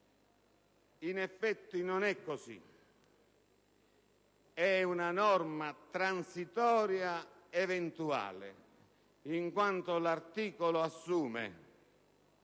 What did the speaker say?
In effetti non è così: si tratta di una norma transitoria eventuale, in quanto l'articolo assume